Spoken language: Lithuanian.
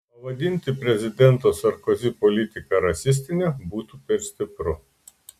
pavadinti prezidento sarkozi politiką rasistine būtų per stipru